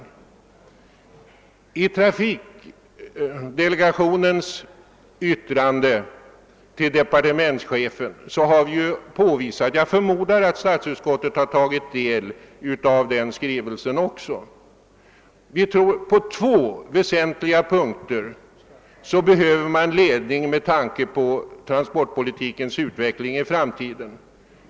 a I trafikpolitiska delegationens yttrande till departementschefen har vi ju påvisat — jag förmodar att statsutskottet också har tagit del av den skrivelsen -— att man på två väsentliga punkter behöver ledning med tanke på trafikpolitikens utveckling i framtiden.